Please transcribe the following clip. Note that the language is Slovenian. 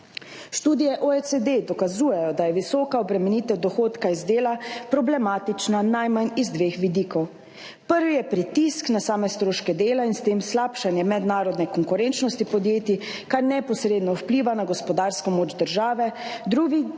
Študije OECD dokazujejo, da je visoka obremenitev dohodka iz dela problematična najmanj iz dveh vidikov. Prvi je pritisk na same stroške dela in s tem slabšanje mednarodne konkurenčnosti podjetij, kar neposredno vpliva na gospodarsko moč države. Drugi